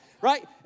Right